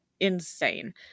insane